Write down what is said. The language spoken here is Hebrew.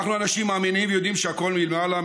אנחנו אנשים מאמינים ויודעים שהכול מלמעלה,